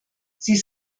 sie